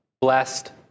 blessed